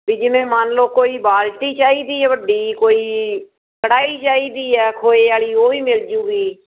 ਬਈ ਜਿਵੇਂ ਮੰਨ ਲਓ ਕੋਈ ਬਾਲਟੀ ਚਾਹੀਦੀ ਹੈ ਵੱਡੀ ਕੋਈ ਕੜਾਹੀ ਚਾਹੀਦੀ ਆ ਖੋਏ ਵਾਲੀ ਉਹ ਵੀ ਮਿਲ ਜੂਗੀ